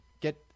get –